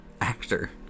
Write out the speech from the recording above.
actor